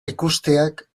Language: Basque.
ikusteak